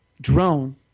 drone